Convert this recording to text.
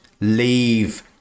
leave